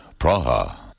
Praha